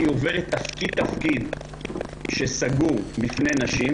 היא עוברת תפקיד-תפקיד שסגור בפני נשים